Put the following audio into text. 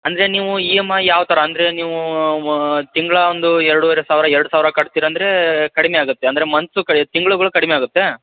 ಅಂದರೆ ನೀವು E M I ಯಾವ್ಥರ ಅಂದರೆ ನೀವು ತಿಂಗ್ಳ ಒಂದು ಎರಡುವರೆ ಸಾವಿರ ಎರಡು ಸಾವಿರ ಕಟ್ತೀರಿ ಅಂದರೆ ಕಡಿಮೆ ಆಗುತ್ತೆ ಅಂದರೆ ಮಂತ್ಸು ಕ ತಿಂಗಳುಗಳು ಕಡಿಮೆ ಆಗುತ್ತೆ